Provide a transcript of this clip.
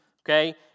okay